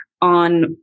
on